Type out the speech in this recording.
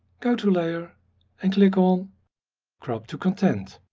go to layer and click on crop to content.